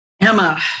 Emma